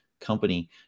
company